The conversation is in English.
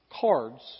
cards